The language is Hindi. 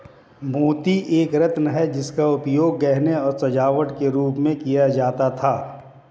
मोती एक रत्न है जिसका उपयोग गहनों और सजावट के रूप में किया जाता था